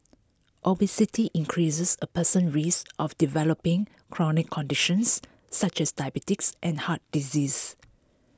obesity increases A person's risk of developing chronic conditions such as diabetes and heart disease